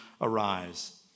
arise